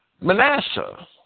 Manasseh